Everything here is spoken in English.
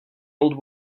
old